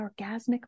orgasmic